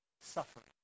suffering